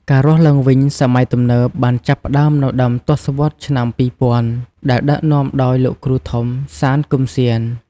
ការរស់ឡើងវិញសម័យទំនើបបានចាប់ផ្តើមនៅដើមទសវត្សរ៍ឆ្នាំ ២០០០ ដែលដឹកនាំដោយលោកគ្រូធំ សាន គឹមស៊ាន។